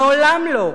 מעולם לא.